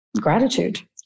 gratitude